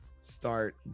start